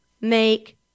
make